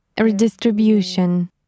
Redistribution